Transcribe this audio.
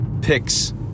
picks